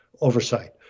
oversight